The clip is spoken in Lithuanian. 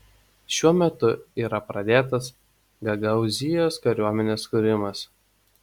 šiuo metu yra pradėtas gagaūzijos kariuomenės kūrimas